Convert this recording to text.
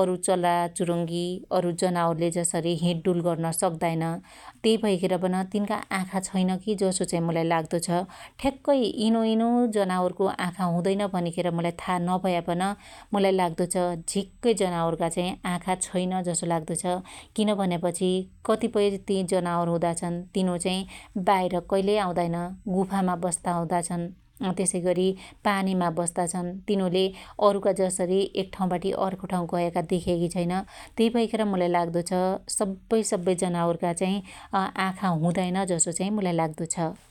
अरु चल्ला चुरुगी अरु जनावरले जसरी हिडडुल गर्न सक्दाइन ,त्यई भैखेर पन तीनका आँखा छैनकी जसो चाहि मुलाई लाग्दो छ । ठ्क्कै यिनुयिनु जनावरको आँखा हुदैन भनिखेर मुलाई थाहाँ नभयापन मुलाई लाग्दो छ झीक्कै जनावरका चाही आँखा छैन जसो लाग्दो छ, किन भन्यापछि कतीपय ती जनावर हुदा छन् तीनु चाही बाहिर कहिले आउदाईन, गुफामा बस्ता हुदाछन् । उ त्यसैगरी पानीमा बस्ता छन् तीनुले अरुका जसरी एक ठाँउबाटी अर्का ठाँउ गयाका देख्याकी छैन त्यई भैखेर मुलाई लाग्दो छ । सब्बै सब्बै जनावरका चाही आँखा आँखा चाहि हुदाईन जसो मुलाई लाग्दो छ ।